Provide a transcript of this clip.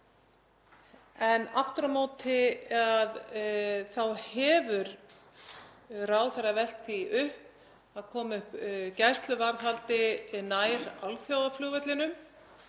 Aftur á móti hefur ráðherra velt því upp að koma upp gæsluvarðhaldi nær alþjóðaflugvellinum